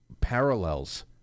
parallels